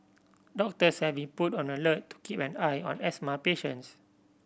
doctors have been put on alert to keep an eye on asthma patients